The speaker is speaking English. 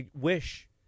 wish